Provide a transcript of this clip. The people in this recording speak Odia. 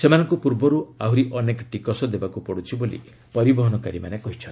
ସେମାନଙ୍କୁ ପୂର୍ବରୁ ଆହୁରି ଅନେକ ଟିକସ ଦେବାକୁ ପଡ଼ୁଛି ବୋଲି ପରିବହନକାରୀମାନେ କହିଛନ୍ତି